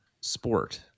sport